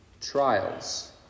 trials